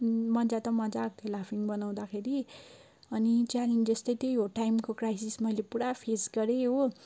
मजा त मजा आएको थियो लाफिङ बनाउँदाखेरि अनि च्यालेन्जेस त त्यही हो टाइमको क्राइसिस मैले पुरा फेस गरेँ हो